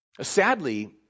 Sadly